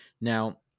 Now